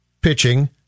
pitching